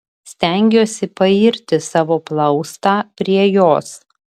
stengiuosi pairti savo plaustą prie jos